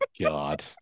God